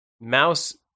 mouse